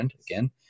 again